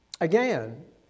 Again